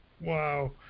Wow